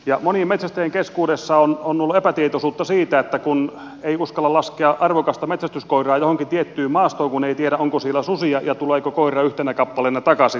monien metsästäjien keskuudessa on ollut epätietoisuutta siitä että kun ei uskalla laskea arvokasta metsästyskoiraa johonkin tiettyyn maastoon kun ei tiedä onko siellä susia ja tuleeko koira yhtenä kappaleena takaisin